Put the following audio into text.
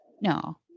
No